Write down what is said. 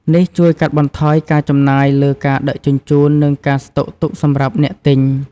នេះជួយកាត់បន្ថយការចំណាយលើការដឹកជញ្ជូន និងការស្តុកទុកសម្រាប់អ្នកទិញ។